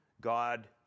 God